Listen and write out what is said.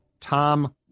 Tom